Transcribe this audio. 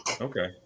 okay